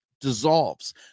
dissolves